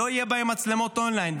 לא יהיו בו מצלמות און-ליין.